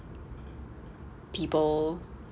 people